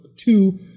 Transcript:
two